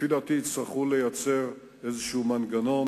לפי דעתי, יצטרכו לייצר איזה מנגנון